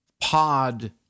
pod